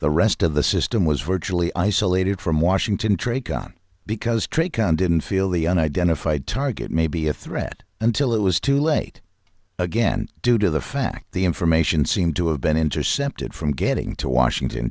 the rest of the system was virtually isolated from washington trade gun because trade con didn't feel the identified target may be a threat until it was too late again due to the fact the information seemed to have been intercepted from getting to washington